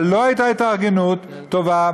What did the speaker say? אבל לא הייתה התארגנות טובה.